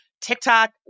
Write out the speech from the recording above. TikTok